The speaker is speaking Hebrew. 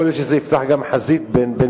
יכול להיות שזה יפתח גם חזית ביניהן.